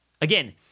Again